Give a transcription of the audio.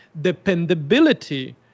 dependability